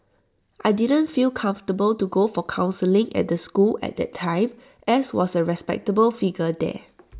I didn't feel comfortable to go for counselling at the school at that time as was A respectable figure there